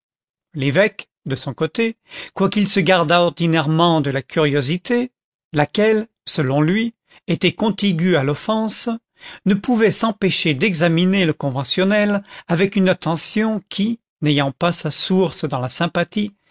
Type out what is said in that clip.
l'évêque de son côté quoiqu'il se gardât ordinairement de la curiosité laquelle selon lui était contiguë à l'offense ne pouvait s'empêcher d'examiner le conventionnel avec une attention qui n'ayant pas sa source dans la sympathie